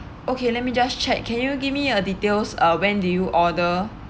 okay let me just check can you give me a details uh when did you order